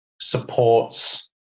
supports